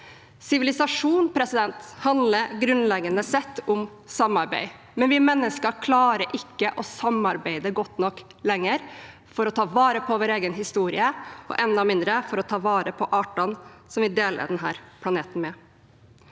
Sivilisasjon handler grunnleggende sett om samarbeid, men vi mennesker klarer ikke lenger å samarbeide godt nok for å ta vare på vår egen historie, og enda mindre for å ta vare på artene vi deler planeten med.